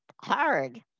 hard